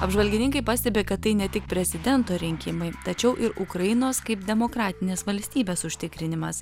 apžvalgininkai pastebi kad tai ne tik prezidento rinkimai tačiau ir ukrainos kaip demokratinės valstybės užtikrinimas